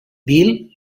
bill